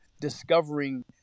discovering